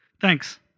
Thanks